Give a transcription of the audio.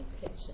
kitchen